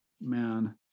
man